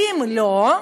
ואם לא,